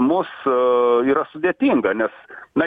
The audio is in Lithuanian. teisingas ar vis dėlto turi turi silpnų vietų